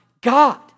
God